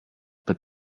but